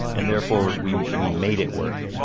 and therefore we we made it work.